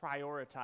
prioritize